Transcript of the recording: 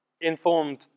informed